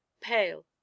pale